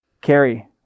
Carrie